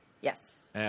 Yes